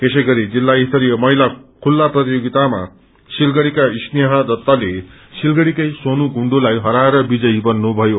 यसैगरी जिल्ला स्तरीय महिता खुल्ला प्रतियोगितामा सिलगढ़ीको स्नेहा दत्तले सिलगढ़ीकै सोनू कुण्डूलाई हराएर विजयी बन्नुषयो